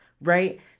right